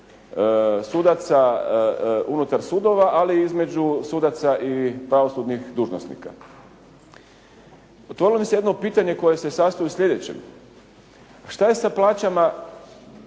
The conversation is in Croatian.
sudaca unutar sudova, ali i između sudaca i pravosudnih dužnosnika. Otvorili ste jedno pitanje koje se sastoji u sljedećem. Što je sa plaćama